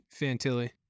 Fantilli